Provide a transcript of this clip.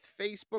Facebook